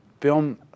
film